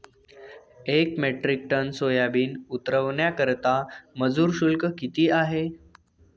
एक metric tonne soybean उतरवण्याकरता मजूर शुल्क किती आहे?